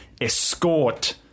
escort